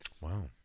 Wow